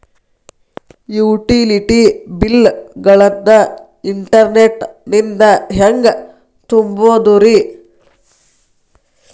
Utility bill ಗಳನ್ನ internet ನಿಂದ ಹೆಂಗ್ ತುಂಬೋದುರಿ?